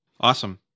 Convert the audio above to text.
Awesome